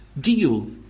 deal